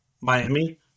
Miami